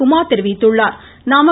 குமார் தெரிவித்துள்ளார்